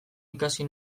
ikasi